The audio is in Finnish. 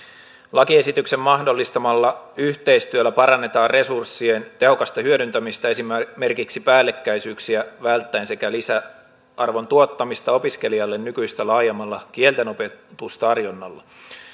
lakiesityksen mahdollistamalla yhteistyöllä parannetaan resurssien tehokasta hyödyntämistä esimerkiksi päällekkäisyyksiä välttäen sekä lisäarvon tuottamista opiskelijalle nykyistä laajemmalla kieltenopetustarjonnalla